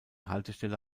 haltestelle